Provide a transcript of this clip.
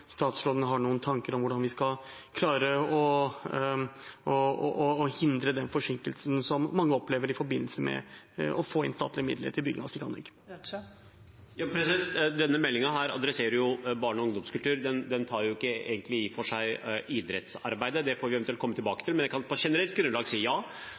statsråden har noen tanker om hvordan vi skal klare å hindre den forsinkelsen som mange opplever i forbindelse med å få inn statlige midler til bygging av idrettsanlegg. Denne meldingen adresserer jo barne- og ungdomskultur. Den tar i og for seg ikke opp idrettsarbeidet; det får vi eventuelt komme tilbake til. Men jeg kan på generelt grunnlag si at ja,